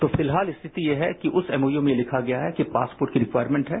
तो फिलहाल स्थिति यह है कि उस एमओयू में लिखा गया है कि पासपोर्ट की रिक्वायरमेंट है